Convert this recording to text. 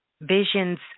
Visions